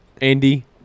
Andy